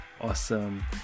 awesome